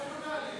איפה טלי?